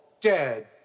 dead